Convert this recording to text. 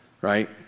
right